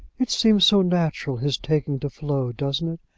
it seems so natural his taking to flo doesn't it?